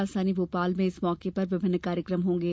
राजधानी भोपाल में इस मौके पर विभिन्न कार्यक्रम होंगे